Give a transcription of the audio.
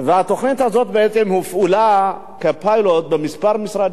והתוכנית הזאת בעצם הופעלה כפיילוט בכמה משרדים,